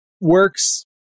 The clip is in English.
works